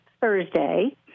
Thursday